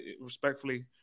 respectfully